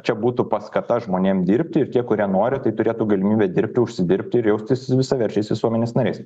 čia būtų paskata žmonėm dirbti ir tie kurie nori tai turėtų galimybę dirbti užsidirbti ir jaustis visaverčiais visuomenės nariais